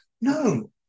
No